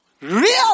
Real